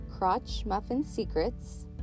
crotchmuffinsecrets